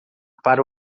para